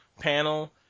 panel